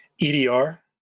EDR